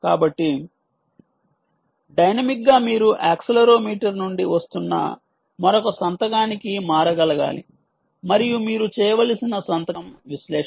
కాబట్టి డైనమిక్గా మీరు యాక్సిలెరోమీటర్ నుండి వస్తున్న మరొక సంతకానికి మారగలగాలి మరియు మీరు చేయవలసిన సంతకం విశ్లేషణ